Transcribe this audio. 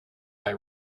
eye